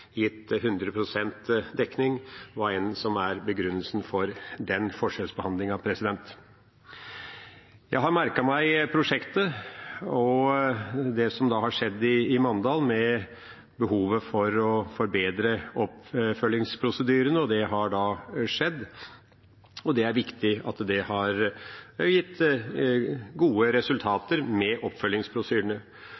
gitt 100 pst. dekning – hva enn som er begrunnelsen for den forskjellsbehandlingen. Jeg har merket meg prosjektet og det som har skjedd i Mandal, med behov for å forbedre oppfølgingsprosedyrene. Det har da skjedd. Det er viktig at det har gitt gode